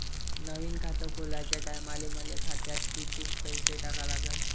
नवीन खात खोलाच्या टायमाले मले खात्यात कितीक पैसे टाका लागन?